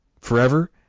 forever